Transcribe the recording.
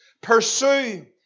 Pursue